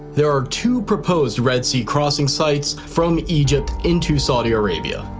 there are two proposed red sea crossing sites from egypt into saudi arabia.